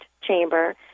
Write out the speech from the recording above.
chamber